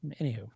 Anywho